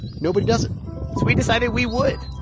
nobody does it we decided we would.